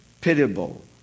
pitiable